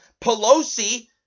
pelosi